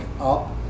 up